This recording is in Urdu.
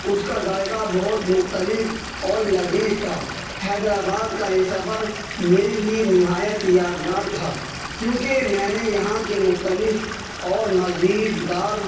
اس کا ذائقہ بہت مختلف اور لذیذ تھا حیدر آباد کا یہ سفر میرے لیے نہایت یادگار تھا کیونکہ میں نے یہاں کی مختلف اور مزیدار